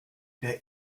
der